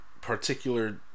particular